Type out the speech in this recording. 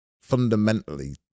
fundamentally